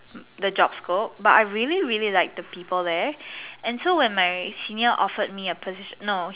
the job scope but I really really like the people there and so when my senior offered me a position no